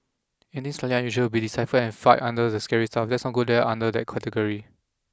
anything slightly unusual will be deciphered and filed under the scary stuff let's not go there category